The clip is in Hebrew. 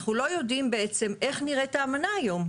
אנחנו לא יודעים בעצם איך נראית האמנה היום,